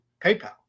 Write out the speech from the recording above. PayPal